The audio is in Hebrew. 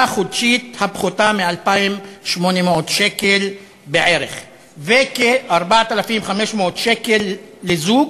חודשית הפחותה מ-2,800 שקל בערך וכ-4,500 שקל לזוג.